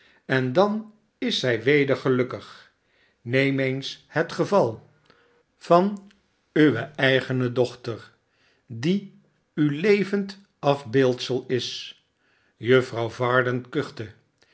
en dan is zij weder gelukkig neem eens het geval barnaby rudge van uwe eigene dochter die uw levend afbeeldsel is juffrouw varden